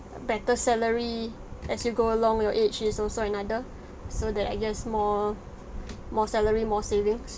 uh better salary as you go along your age is also another so that I guess more more salary more savings